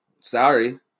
Sorry